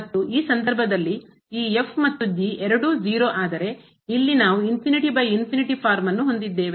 ಮತ್ತು ಈ ಸಂದರ್ಭದಲ್ಲಿ ಈ ಮತ್ತು ಎರಡೂ 0 ಆದರೆ ಇಲ್ಲಿ ನಾವು ಫಾರ್ಮ್ ಅನ್ನು ಹೊಂದಿದ್ದೇವೆ